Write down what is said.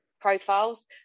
profiles